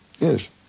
Yes